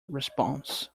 response